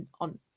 on